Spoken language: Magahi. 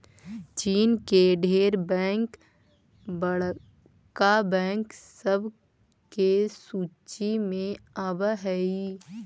चीन के ढेर बैंक बड़का बैंक सब के सूची में आब हई